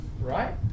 Right